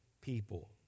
people